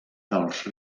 dels